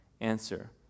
Answer